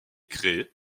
créé